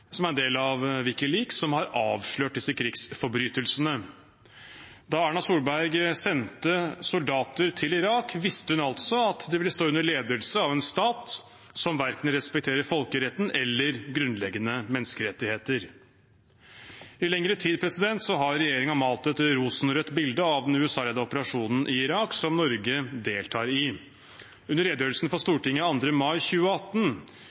som er en del av WikiLeaks, som har avslørt disse krigsforbrytelsene. Da Erna Solberg sendte soldater til Irak, visste hun altså at de ville stå under ledelse av en stat som verken respekterer folkeretten eller grunnleggende menneskerettigheter. I lengre tid har regjeringen malt et rosenrødt bilde av den USA-ledede operasjonen i Irak som Norge deltar i. Under redegjørelsen for Stortinget 2. mai 2018